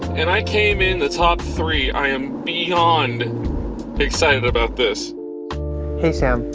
and i came in the top three. i am beyond excited about this hey, sam.